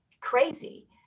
crazy